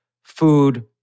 food